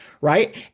right